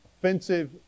offensive